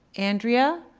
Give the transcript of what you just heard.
andrea,